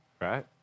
right